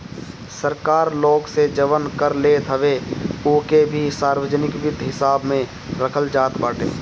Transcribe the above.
सरकार लोग से जवन कर लेत हवे उ के भी सार्वजनिक वित्त हिसाब में रखल जात बाटे